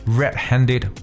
red-handed